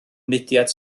mudiad